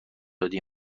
دادیم